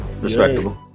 Respectable